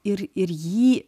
ir ir jį